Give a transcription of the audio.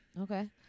okay